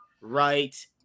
right